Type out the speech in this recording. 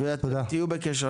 ואתם תהיו בקשר.